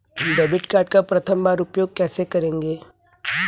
Debit card का प्रथम बार उपयोग कैसे करेंगे?